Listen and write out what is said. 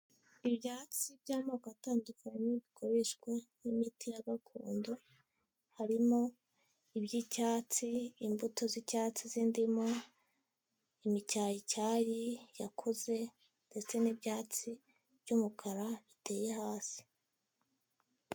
Ibyatsi by'amoko atandukanye bikoreshwa nk'imiti ya gakondo, harimo: iby'icyatsi, imbuto z'icyatsi z'indirimu, imicyayicyayi yakuze ndetse n'ibyatsi by'umukara biteye hasi.